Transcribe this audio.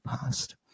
past